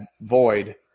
void